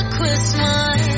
Christmas